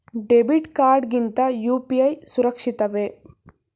Debit card ಗಿಂತ UPI ಸುರಕ್ಷಿತವೇ?